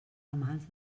ramals